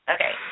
Okay